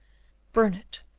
burn it,